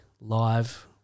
live